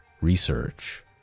research